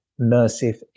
immersive